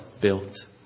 built